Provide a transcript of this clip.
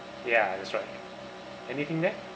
ya that's right anything there